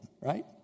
Right